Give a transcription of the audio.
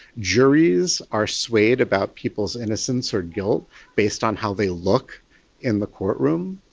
juries are swayed about people's innocence or guilt based on how they look in the courtroom.